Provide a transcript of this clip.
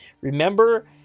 remember